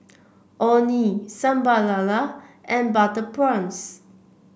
Orh Nee Sambal Lala and Butter Prawns